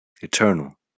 eternal